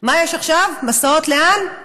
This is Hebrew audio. מה יש עכשיו, מסעות לאן?